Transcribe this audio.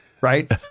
right